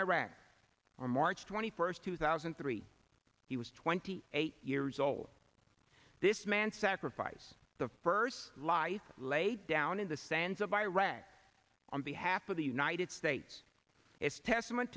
iraq on march twenty first two thousand and three he was twenty eight years old this man sacrifice the first life laid down in the sands of iraq on behalf of the united states is testament